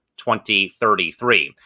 2033